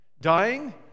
Dying